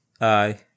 aye